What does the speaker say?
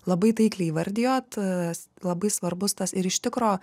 labai taikliai įvardijot labai svarbus tas ir iš tikro